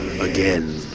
again